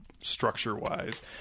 structure-wise